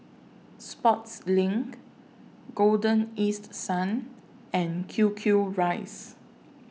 Sportslink Golden East Sun and Q Q Rice